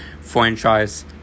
franchise